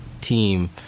team